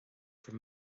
bhur